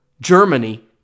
Germany